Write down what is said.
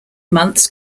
months